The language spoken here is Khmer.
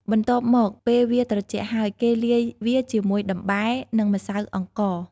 បន្ទាប់មកពេលវាត្រជាក់ហើយ គេលាយវាជាមួយដំបែ និងម្សៅអង្ករ។